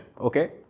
Okay